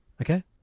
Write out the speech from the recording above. okay